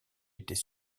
était